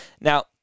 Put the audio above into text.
Now